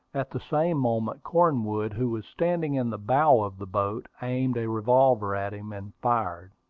at the same moment cornwood, who was standing in the bow of the boat, aimed a revolver at him, and fired.